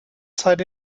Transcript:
zeit